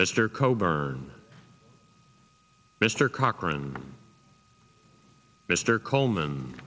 mr coburn mr cochran mr coleman